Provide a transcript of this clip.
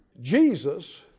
Jesus